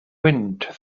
wind